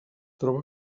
troba